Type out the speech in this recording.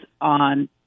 on